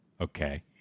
Okay